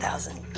thousand